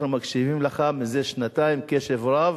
אנחנו מקשיבים לך מזה שנתיים קשב רב,